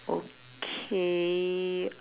okay